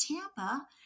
Tampa